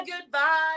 goodbye